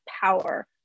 power